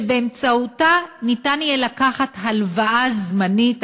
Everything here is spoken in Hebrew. ובאמצעותה ניתן יהיה לקחת הלוואה זמנית,